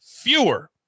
fewer